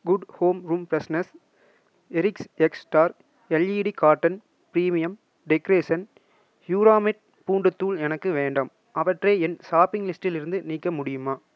good home room freshness எரிக்ஸ்எக்ஸ் star LED garden premium decoration Euromate பூண்டுத்தூள் எனக்கு வேண்டாம் அவற்றை என் ஷாப்பிங் லிஸ்டிலிருந்து நீக்க முடியுமா